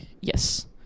Yes